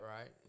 right